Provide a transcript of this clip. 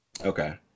Okay